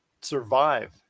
survive